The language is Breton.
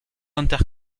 hanter